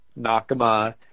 Nakama